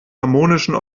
harmonischen